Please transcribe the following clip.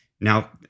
Now